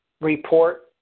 report